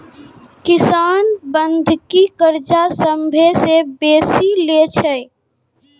किसान बंधकी कर्जा सभ्भे से बेसी लै छै